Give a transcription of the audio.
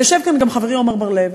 יושב כאן גם חברי עמר בר-לב,